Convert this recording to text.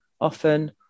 often